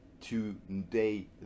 today